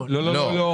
לא.